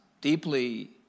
deeply